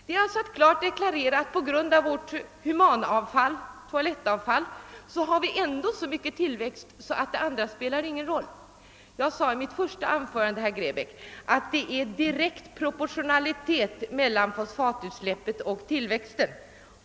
Det är att klart deklarera att på grund av vårt humanavfall, toalettavfall, har vi ändå så stark tillväxt att det andra inte spelar någon roll. Jag sade i mitt första anförande att det är direkt proportionalitet mellan fosfatutsläppet och tillväxten.